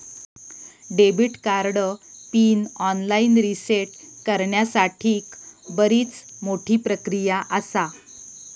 debit card PIN online reset करण्यासाठीक बरीच मोठी प्रक्रिया आसा